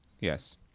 Yes